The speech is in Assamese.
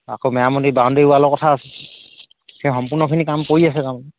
আকৌ মেৰামতি বাউদেৰি ৱালৰ কথা আছে সেই সম্পূৰ্ণখিনি কাম কৰি আছে তাৰ মানে